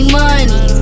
money